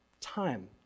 Time